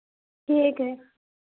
ठीक है